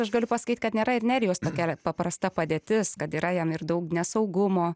aš galiu pasakyt kad nėra ir nerijaus tokia paprasta padėtis kad yra jam ir daug nesaugumo